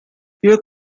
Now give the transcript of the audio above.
here